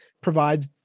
provides